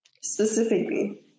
specifically